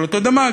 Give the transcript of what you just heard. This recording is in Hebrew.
אבל אתה יודע מה?